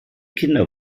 kinder